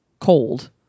cold